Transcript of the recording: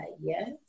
yes